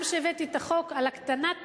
גם כשהבאתי את החוק על הקטנת